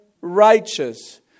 righteous